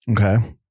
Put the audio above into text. Okay